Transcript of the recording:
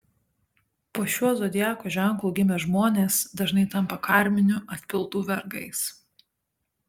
po šiuo zodiako ženklu gimę žmonės dažnai tampa karminių atpildų vergais